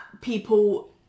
people